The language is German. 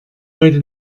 heute